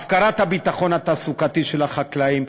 הפקרת הביטחון התעסוקתי של החקלאים,